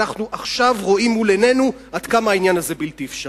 אנחנו עכשיו רואים מול עינינו עד כמה העניין הזה בלתי אפשרי.